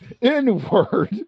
inward